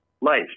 life